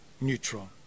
neutral